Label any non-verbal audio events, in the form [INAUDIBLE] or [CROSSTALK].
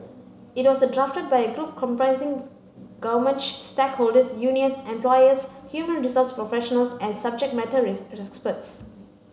it was drafted by a group comprising government [UNINTELLIGIBLE] stakeholders unions employers human resource professionals and subject matter [UNINTELLIGIBLE]